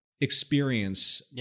experience